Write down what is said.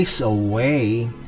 away